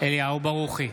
אליהו ברוכי,